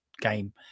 game